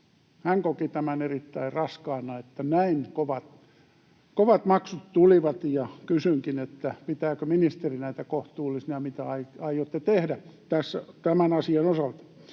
Hän koki tämän erittäin raskaana, että näin kovat maksut tulivat, ja kysynkin, pitääkö ministeri näitä kohtuullisena ja mitä aiotte tehdä tämän asian osalta.